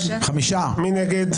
מי נגד?